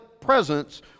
presence